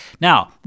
Now